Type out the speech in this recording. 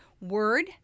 Word